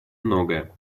многое